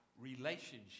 relationship